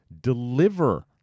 Deliver